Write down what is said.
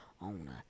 on